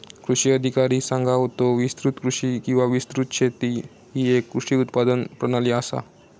कृषी अधिकारी सांगा होतो, विस्तृत कृषी किंवा विस्तृत शेती ही येक कृषी उत्पादन प्रणाली आसा